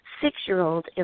six-year-old